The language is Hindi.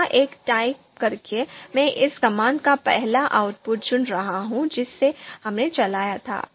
यहां एक टाइप करके मैं इस कमांड का पहला आउटपुट चुन रहा हूं जिसे हमने चलाया था